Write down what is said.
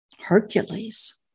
Hercules